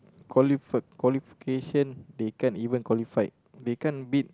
qualifi~ qualification they can't even qualified they can't beat